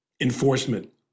enforcement